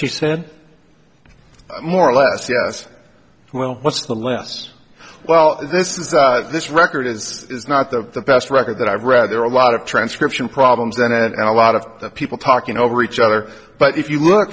she said more or less yes well what's the less well this is that this record is is not the best record that i read there are a lot of transcription problems that a lot of people talking over each other but if you look